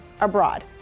abroad